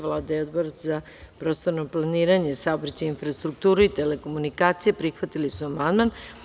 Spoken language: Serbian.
Vlada i Odbor za prostorno planiranje, saobraćaj, infrastrukturu i telekomunikacije prihvatili su amandman.